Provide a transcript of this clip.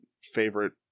favorite